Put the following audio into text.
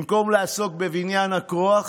במקום לעסוק בבניין הכוח,